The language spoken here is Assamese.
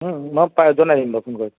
মই পা জনাই দিম বাৰু ফোন কৰি